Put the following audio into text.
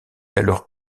alors